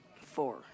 Four